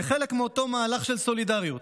כחלק מאותו מהלך של סולידריות,